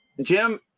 Jim